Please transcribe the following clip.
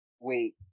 wait